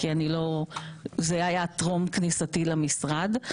זה היה טרום כניסתי למשרד.